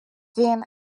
він